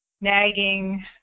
nagging